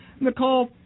Nicole